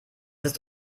ist